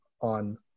on